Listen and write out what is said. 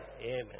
Amen